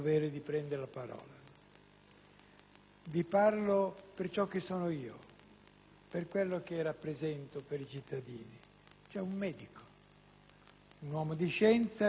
Vi parlo per ciò che sono io, per quello che rappresento per i cittadini: un medico, un uomo di scienza che, per più di